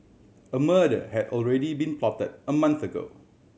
a murder had already been plotted a month ago